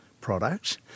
products